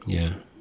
ya